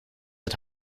het